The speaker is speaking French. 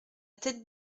teste